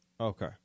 Okay